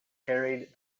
carried